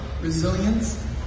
resilience